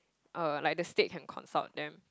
uh like the state can consult them